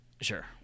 Sure